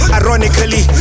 ironically